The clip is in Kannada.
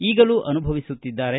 ಈಗಲೂ ಅನುಭವಿಸುತ್ತಿದ್ದಾರೆ